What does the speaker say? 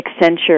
Accenture